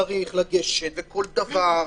צריך לגשת וכל זה,